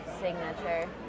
signature